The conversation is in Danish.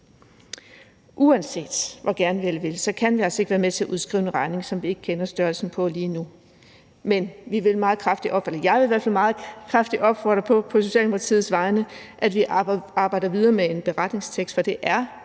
Uanset hvor gerne vi vil, kan vi altså ikke være med til at udskrive en regning, som vi ikke kender størrelsen på lige nu; men jeg vil i hvert fald meget kraftigt opfordre til på Socialdemokratiets vegne, at vi arbejder videre med en beretningstekst. For det er